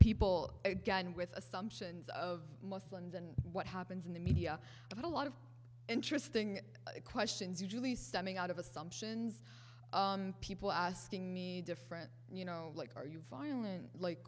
people again with assumptions of muslims and what happens in the media but a lot of interesting questions usually stemming out of assumptions people asking me different you know like are you violent like